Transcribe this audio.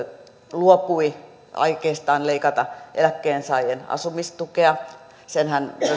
luopui aikeistaan leikata eläkkeensaajien asumistukea senhän myös